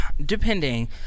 Depending